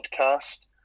podcast